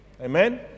Amen